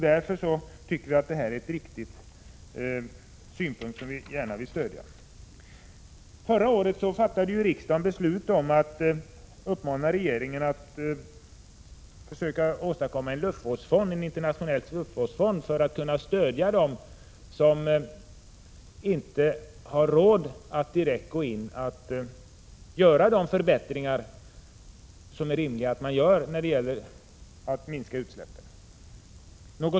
Det är en riktig synpunkt som vi alltså gärna vill stödja. Förra året fattade riksdagen beslut om att uppmana regeringen att försöka 20 november 1986 åstadkomma en internationell luftvårdsfond för att kunna stödja de länder som inte har råd att direkt göra rimliga förbättringar i fråga om att minska utsläppen.